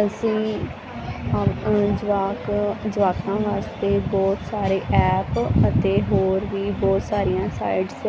ਅਸੀਂ ਜਵਾਕ ਜਵਾਕਾਂ ਵਾਸਤੇ ਬਹੁਤ ਸਾਰੇ ਐਪ ਅਤੇ ਹੋਰ ਵੀ ਬਹੁਤ ਸਾਰੀਆਂ ਸਾਈਟਸ